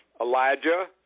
Elijah